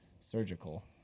surgical